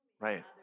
Right